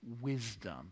wisdom